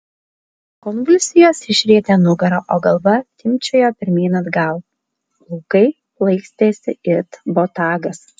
konvulsijos išrietė nugarą o galva timpčiojo pirmyn atgal plaukai plaikstėsi it botagas